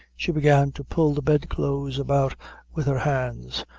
she began to pull the bedclothes about with her hands,